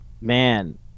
Man